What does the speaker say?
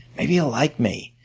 maybe he'll like me.